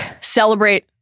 celebrate